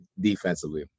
Defensively